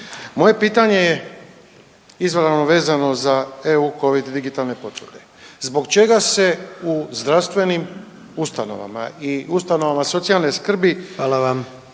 Moje pitanje je izravno vezano za eu covid digitalne potvrde. Zbog čega se u zdravstvenim ustanovama i ustanovama socijalne skrbi…/Upadica: Hvala vam,